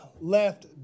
left